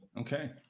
Okay